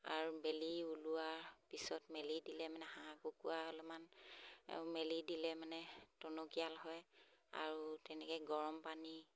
আৰু বেলি ওলোৱাৰ পিছত মেলি দিলে মানে হাঁহ কুকুৰা অলপমান মেলি দিলে মানে টনকীয়াল হয় আৰু তেনেকৈ গৰম পানী